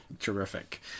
Terrific